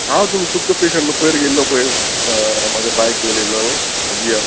हांव तुम तुमचो पेशंट पयर येल्लो पय म्हाजो बायक येवन येल्लो न्हू अव्या